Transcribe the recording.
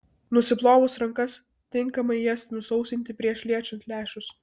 nusiplovus rankas tinkamai jas nusausinti prieš liečiant lęšius